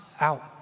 out